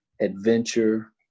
adventure